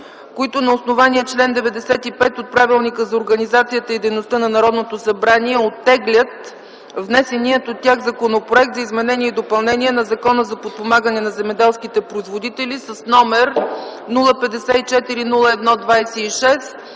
които на основание чл. 95 от Правилника за организацията и дейността на Народното събрание оттеглят внесения от тях Законопроект за изменение и допълнение на Закона за подпомагане на земеделските производители, № 054 01-26,